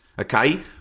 okay